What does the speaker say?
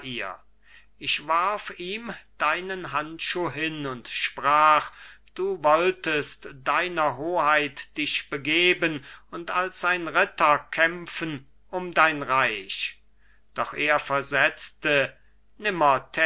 ich warf ihm deinen handschuh hin und sprach du wolltest deiner hoheit dich begeben und als ein ritter kämpfen um dein reich doch er versetzte